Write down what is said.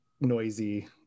noisy